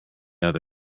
other